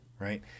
right